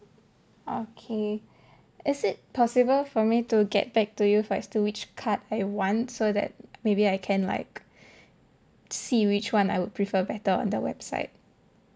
okay is it possible for me to get back to you for as to which card I want so that maybe I can like see which one I would prefer better on the website